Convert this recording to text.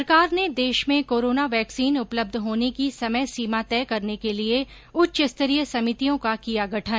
सरकार ने देश में कोरोना वैक्सीन उपलब्ध होने की समय सीमा तय करने के लिये उच्च स्तरीय समितियों का किया गठन